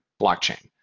blockchain